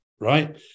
right